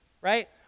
right